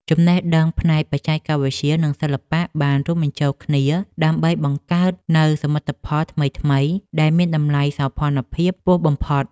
ចំណេះដឹងផ្នែកបច្ចេកវិទ្យា និង សិល្បៈបានរួមបញ្ចូលគ្នាដើម្បីបង្កើតនូវសមិទ្ធផលថ្មីៗដែលមានតម្លៃសោភ័ណភាពខ្ពស់បំផុត។